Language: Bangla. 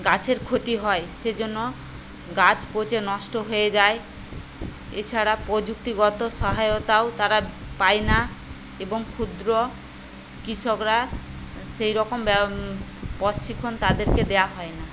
গাছের ক্ষতি হয় সেজন্য গাছ পচে নষ্ট হয়ে যায় এছাড়া প্রযুক্তিগত সহায়তাও তারা পায় না এবং ক্ষুদ্র কৃষকরা সেই রকম প্রশিক্ষণ তাদের দেওয়া হয় না